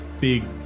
big